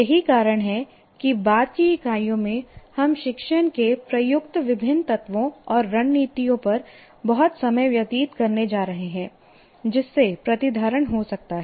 यही कारण है कि बाद की इकाइयों में हम शिक्षण में प्रयुक्त विभिन्न तत्वों और रणनीतियों पर बहुत समय व्यतीत करने जा रहे हैं जिससे प्रतिधारण हो सकता है